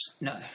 No